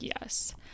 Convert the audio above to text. Yes